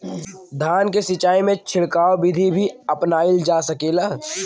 धान के सिचाई में छिड़काव बिधि भी अपनाइल जा सकेला?